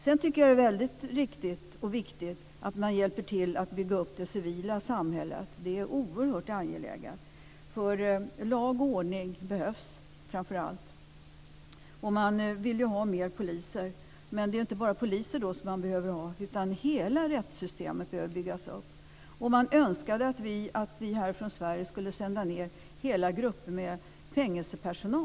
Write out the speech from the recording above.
Jag tycker att det är mycket riktigt och viktigt att man hjälper till att bygga upp det civila samhället. Det är oerhört angeläget. Lag och ordning är nämligen det som framför allt behövs. Och man vill ju ha fler poliser. Men det är inte bara poliser som man behöver ha, utan hela rättssystemet behöver byggas upp. Och man framförde önskemål om att vi från Sverige skulle sända ned hela grupper med fängelsepersonal.